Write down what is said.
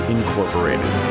Incorporated